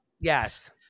Yes